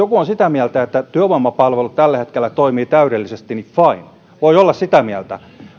joku on sitä mieltä että työvoimapalvelut tällä hetkellä toimivat täydellisesti niin fine voi olla sitä mieltä